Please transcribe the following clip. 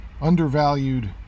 undervalued